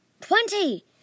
Twenty